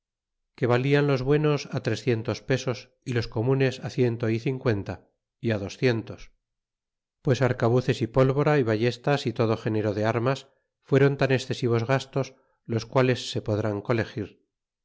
que vallan los buenos trecientos pesos y los comunes ciento y cincuenta y docientos pues arcabuces y pólvora y ballestas y todo género de armas fueron tan excesivos gastos los quales se podrán colegir